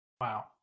Wow